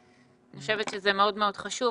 אני חושבת שזה מאוד מאוד חשוב,